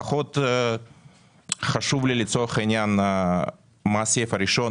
פחות חשוב לי מה הסעיף הראשון,